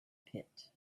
pit